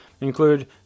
include